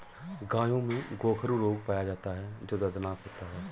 गायों में गोखरू रोग पाया जाता है जो दर्दनाक होता है